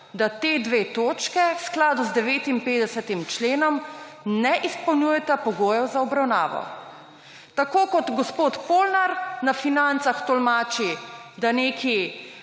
da ti 2 točki v skladu z 59. členom ne izpolnjujeta pogojev za obravnavo. Tako kot gospod Polnar na financah tolmači, da neki